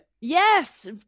Yes